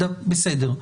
בסדר.